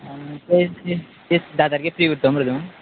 आनी प्लीज धा तारकेक फ्री उरतो मरे तूं